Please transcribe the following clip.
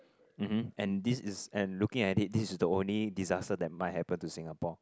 mmhmm and this is and looking at it this is the only disaster that might happen to Singapore